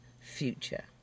future